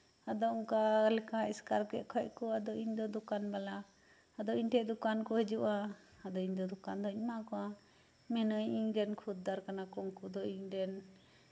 ᱟᱫᱚ ᱚᱱᱠᱟᱞᱮᱠᱟ ᱮᱥᱠᱟᱨ ᱠᱮᱫ ᱠᱷᱟᱡ ᱠᱚ ᱟᱫᱚ ᱤᱧᱫᱚ ᱫᱚᱠᱟᱱ ᱵᱟᱞᱟ ᱟᱫᱚ ᱤᱧ ᱴᱷᱮᱡ ᱫᱚᱠᱟᱱ ᱠᱚ ᱦᱤᱡᱩᱜᱼᱟ ᱟᱫᱚ ᱤᱧ ᱫᱚ ᱫᱚᱠᱟᱱ ᱫᱚᱧ ᱮᱢᱟ ᱠᱚᱣᱟ ᱢᱮᱱᱟᱹᱧ ᱤᱧ ᱨᱮᱱ ᱠᱷᱚᱫᱽᱫᱟᱨ ᱠᱟᱱᱟ ᱠᱚ ᱩᱱᱠᱩ ᱫᱚ ᱤᱧ ᱨᱮᱱ ᱠᱟᱱᱟ ᱠᱚ